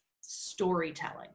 storytelling